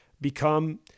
become